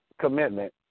Commitment